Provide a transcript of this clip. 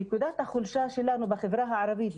נקודת החולשה שלנו בחברה הערבית,